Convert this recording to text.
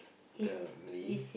termly